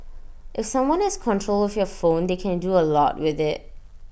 if someone has control of your phone they can do A lot with IT